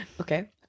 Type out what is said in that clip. okay